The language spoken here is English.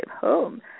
home